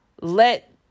let